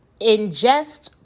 ingest